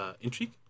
intrigue